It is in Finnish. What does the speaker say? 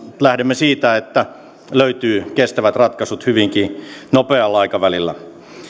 lähdemme siitä että löytyy kestävät ratkaisut hyvinkin nopealla aikavälillä